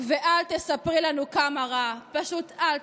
ואל תספרי לנו כמה רע, פשוט אל תספרי.